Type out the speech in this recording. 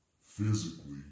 physically